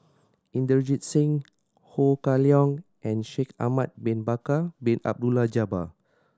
Inderjit Singh Ho Kah Leong and Shaikh Ahmad Bin Bakar Bin Abdullah Jabbar